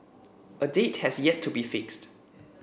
a date has yet to be fixed